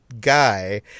guy